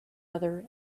other